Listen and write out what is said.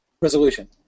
Resolution